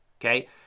Okay